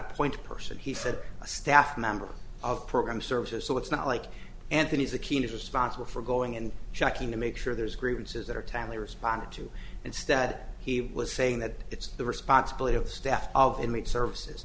a point person he said a staff member of program services so it's not like anthony is a keener sponsible for going and checking to make sure there's grievances that are timely responded to instead he was saying that it's the responsibility of the staff of inmate services